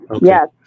Yes